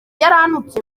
yarananutse